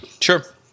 Sure